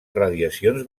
radiacions